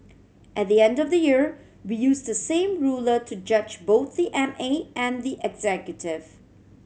at the end of the year we use the same ruler to judge both the M A and the executive